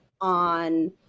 on